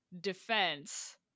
defense